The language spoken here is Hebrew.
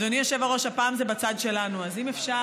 אדוני היושב-ראש, הפעם זה בצד שלנו, אז אם אפשר.